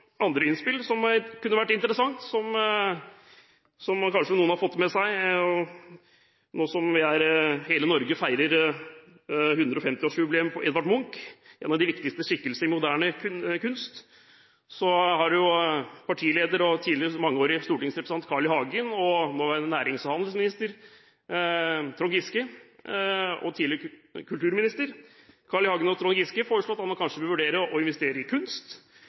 andre innspill som kunne vært interessante. Som noen kanskje har fått med seg nå som hele Norge feirer 150-årsjubileet for Edvard Munch, en av de viktigste skikkelsene i moderne kunst, har tidligere partileder og mangeårig stortingsrepresentant Carl I. Hagen og nåværende nærings- og handelsminister, tidligere kulturminister, Trond Giske, foreslått at man kanskje bør vurdere å investere i kunst.